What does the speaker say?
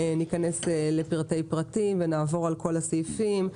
ניכנס לפרטי פרטים ונעבור על כל הסעיפים,